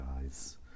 guys